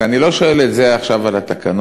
ואני לא שואל את זה עכשיו על התקנות,